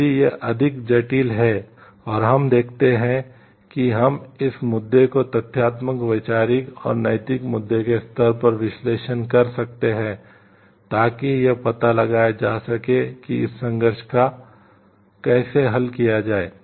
यदि यह अधिक जटिल है और हम देखते हैं कि हम इस मुद्दे को तथ्यात्मक वैचारिक और नैतिक मुद्दे के स्तर पर विश्लेषण कर सकते हैं ताकि यह पता लगाया जा सके कि इस संघर्ष को कैसे हल किया जाए